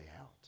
out